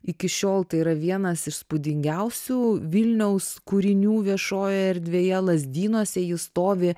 iki šiol tai yra vienas įspūdingiausių vilniaus kūrinių viešojoje erdvėje lazdynuose jis stovi